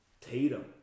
Tatum